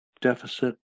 Deficit